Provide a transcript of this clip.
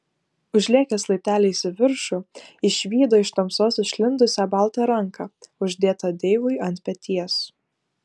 užlėkęs laipteliais į viršų išvydo iš tamsos išlindusią baltą ranką uždėtą deivui ant peties